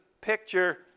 picture